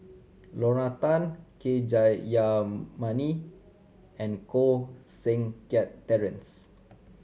Lorna Tan K Jayamani and Koh Seng Kiat Terence